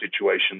situation